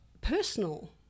personal